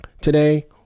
Today